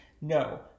No